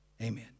Amen